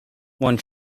one